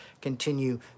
continue